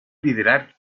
liderar